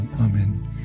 Amen